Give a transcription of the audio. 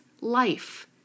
life